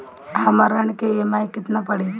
हमर ऋण के ई.एम.आई केतना पड़ी?